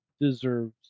deserves